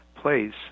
place